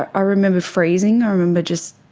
i remember freezing, i remember just,